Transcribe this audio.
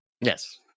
Yes